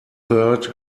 third